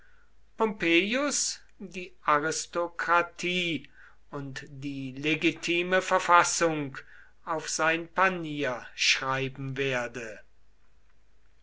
die aristokratie und die legitime verfassung auf sein panier schreiben werde